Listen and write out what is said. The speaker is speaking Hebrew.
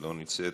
אינה נוכחת,